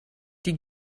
die